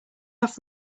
off